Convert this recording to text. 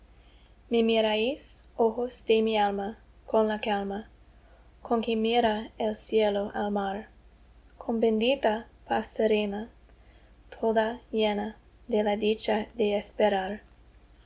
me miráis ojos de mi alma con la calma con que mira el cielo al mar con bendita paz serena toda llena de la dicha de esperar